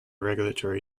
regulatory